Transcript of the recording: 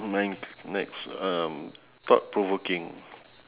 mine next um thought provoking